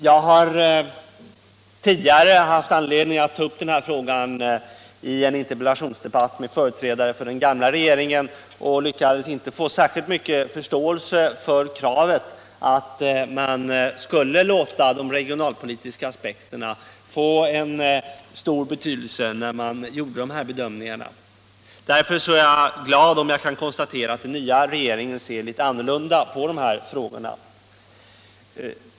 Jag har tidigare haft anledning att ta upp den här frågan i en interpellationsdebatt med företrädare för den gamla regeringen och lyckades då inte vinna särskilt mycket förståelse för kravet att man skulle låta de regionalpolitiska aspekterna få stor betydelse vid de här bedömningarna. Därför är jag glad att kunna konstatera att den nya regeringen ser litet annorlunda på dessa frågor.